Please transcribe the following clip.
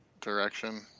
direction